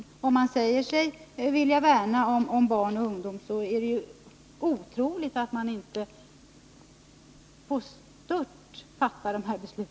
Om man inom regeringen säger sig vilja värna om barn och ungdom, är det otroligt att man inte störtar att fatta dessa beslut.